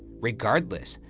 regardless,